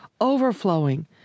overflowing